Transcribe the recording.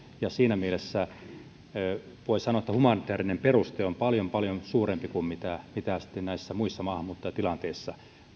ja siinä mielessä voi sanoa että humanitäärinen peruste on paljon paljon suurempi kuin näissä muissa maahanmuuttajatilanteissa